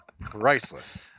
priceless